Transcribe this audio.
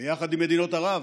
ביחד עם מדינות ערב,